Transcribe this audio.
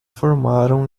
formaram